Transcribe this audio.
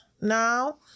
now